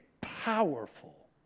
powerful